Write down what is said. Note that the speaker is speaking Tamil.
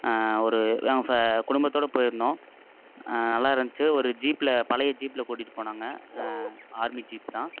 ஒரு ஃபே குடும்பத்தோடு போயிருந்தோம் நல்லா இருந்துச்சு ஒரு ஜீப்பில் பழைய ஜீப்பில் கூட்டிகிட்டு போனாங்க ஆர்மி ஜீப்பு தான்